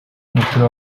w’umupira